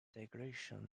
integration